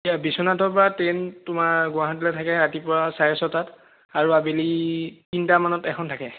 বিশ্বনাথৰ পৰা ট্ৰেন তোমাৰ গুৱাহাটীলৈ থাকে ৰাতিপুৱা চাৰে ছয়টাত আৰু আবেলি তিনিটামানত এখন থাকে